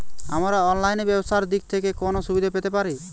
আমরা অনলাইনে ব্যবসার দিক থেকে কোন সুবিধা পেতে পারি?